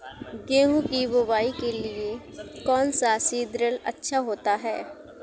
गेहूँ की बुवाई के लिए कौन सा सीद्रिल अच्छा होता है?